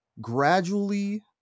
gradually